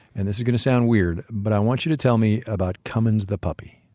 and this is going to sound weird, but i want you to tell me about cummins the puppy